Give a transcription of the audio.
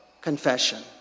confession